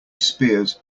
spears